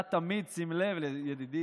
שידעה תמיד, שים לב, ידידי,